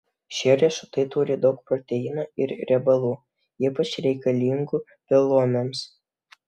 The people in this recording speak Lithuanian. šie riešutai turi daug proteinų ir riebalų ypač reikalingų beluomiams